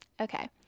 Okay